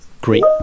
great